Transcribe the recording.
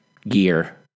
gear